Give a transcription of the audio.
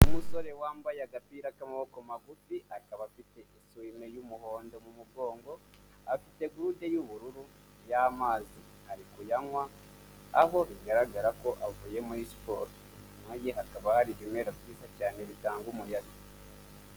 Umusore wambaye agapira k'amaboko magufi, akaba afite isume y'umuhondo mu mugongo, afite gurude y'ubururu y'amazi ari kuyanywa. Aho bigaragara ko avuye muri siporo inyuma ye hakaba hari ibimera byizaza cyane bitanga umuyaga.